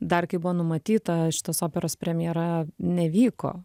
dar kai buvo numatyta šitos operos premjera nevyko